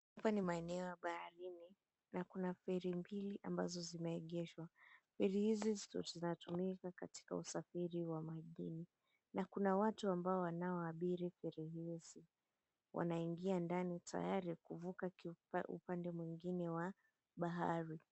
Hapa ni maeneo ya baharini na kuna feri mbili ambazo zimeegeshwa, feri hizi ndo zinatumika katika usafiri wa majini na kuna watu ambao wanaoabiri feri hizi, wanaingia ndani tayari kuvuka upande mwengine wa bahari.